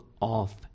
off